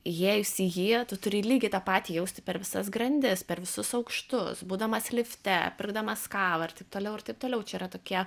įėjus į jį tu turi lygiai tą patį jausti per visas grandis per visus aukštus būdamas lifte pirkdamas kavą ir taip toliau ir taip toliau čia yra tokie